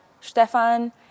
Stefan